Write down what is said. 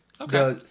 Okay